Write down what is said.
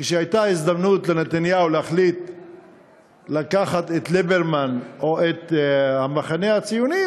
כשהייתה הזדמנות לנתניהו להחליט לקחת את ליברמן או את המחנה הציוני,